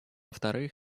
вторых